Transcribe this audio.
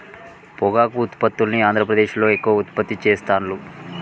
పొగాకు ఉత్పత్తుల్ని ఆంద్రప్రదేశ్లో ఎక్కువ ఉత్పత్తి చెస్తాండ్లు